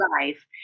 life